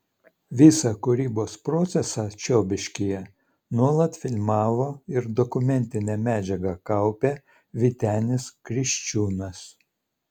visą kūrybos procesą čiobiškyje nuolat filmavo ir dokumentinę medžiagą kaupė vytenis kriščiūnas